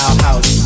house